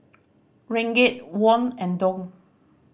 Ringgit Won and Dong